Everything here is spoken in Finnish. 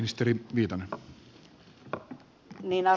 arvoisa herra puhemies